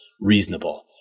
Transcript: reasonable